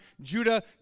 Judah